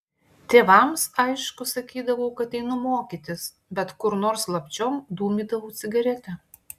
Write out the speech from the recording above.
tėvams aišku sakydavau kad einu mokytis bet kur nors slapčiom dūmydavau cigaretę